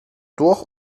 durch